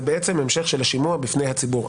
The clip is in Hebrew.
זה בעצם המשך של השימוע בפני הציבור.